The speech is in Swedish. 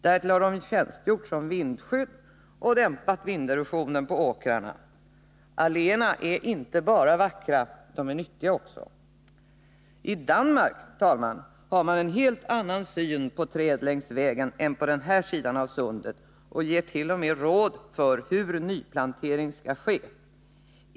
Därtill har de tjänstgjort som vindskydd och dämpat vinderosionen på åkrarna. Alléerna är inte bara vackra, de är nyttiga också. I Danmark, herr talman, är synen på träd längs vägen en helt annan än på den här sidan sundet, och vägdirektoratet ger t.o.m. råd om hur nyplantering skall ske.